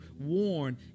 warn